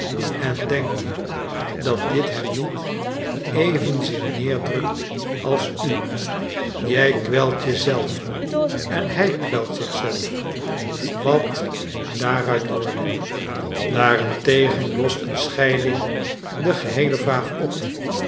en denk je dat dit hem niet evenzeer neerdrukt als u jij kwelt je zelf en hij kwelt zich zelf wat moet daaruit worden daarentegen lost een scheiding de geheele vraag op